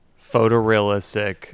photorealistic